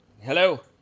Hello